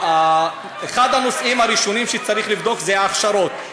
אחד הנושאים הראשונים שצריך לבדוק זה ההכשרות.